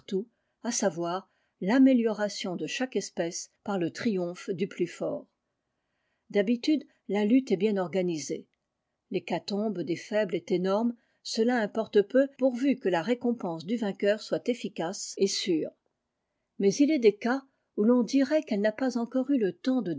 à savoir l'amélioration de chaque espèce par le triomphe du plus fort d'habitude la lutte est bien organisée l'hécatombe des faibles est énorme cela importe peu pourvu que la récompense du vainqueur soit efficace et sûre mais il est des cas où l'on dirait qu'elle n'a pas encore eu le temps de